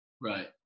Right